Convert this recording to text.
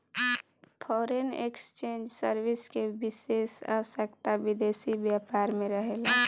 foreign exchange service के विशेष आवश्यकता विदेशी व्यापार में रहेला